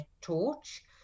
torch